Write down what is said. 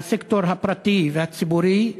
מהסקטור הפרטי והציבורי,